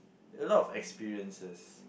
a lot of experiences